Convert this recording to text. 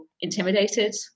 intimidated